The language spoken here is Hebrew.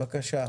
בבקשה.